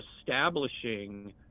establishing